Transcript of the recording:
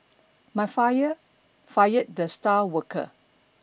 my fire fired the star worker